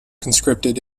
conscripted